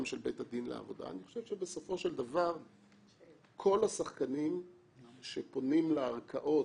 של בית הדין אני חושב שבסופו של דבר כל השחקנים שפונים לערכאות,